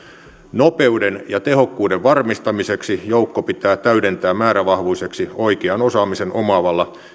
nopeuden ja tehokkuuden varmistamiseksi joukko pitää täydentää määrävahvuiseksi oikean osaamisen omaavalla